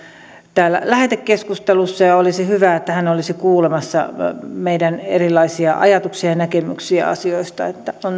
täällä lähetekeskustelussa olisi hyvä että hän olisi kuulemassa meidän erilaisia ajatuksia ja näkemyksiä asioista että